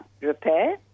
repair